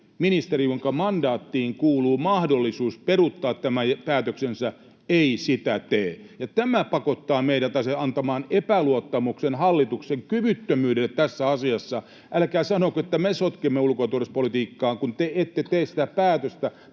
ministeri, jonka mandaattiin kuuluu mahdollisuus peruuttaa tämä päätöksensä, ei sitä silti tee. Tämä pakottaa meidät antamaan epäluottamuksen hallituksen kyvyttömyydelle tässä asiassa. Älkää sanoko, että me sotkemme ulko- ja turvallisuuspolitiikkaa, kun te ette tee sitä päätöstä,